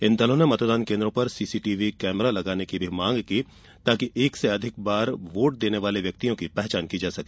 इन दलों ने मतदान केन्द्रों पर C C T V camera लगाने की भी मांग की ताकि एक से अधिक बार वोट देने वाले व्यक्तियों की पहचान की जा सके